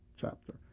chapter